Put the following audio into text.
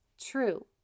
True